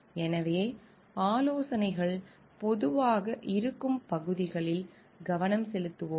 எனவே ஆலோசனைகள் பொதுவாக இருக்கும் பகுதிகளில் கவனம் செலுத்துவோம்